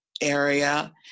area